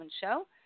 show